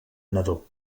nadó